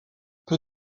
peu